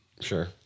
Sure